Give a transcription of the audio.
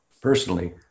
personally